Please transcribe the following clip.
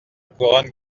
couronne